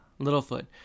Littlefoot